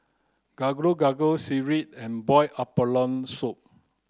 gado gado sireh and boiled abalone soup